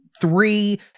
Three